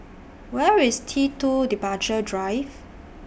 Where IS T two Departure Drive